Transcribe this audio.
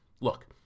Look